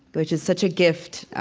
which is such a gift.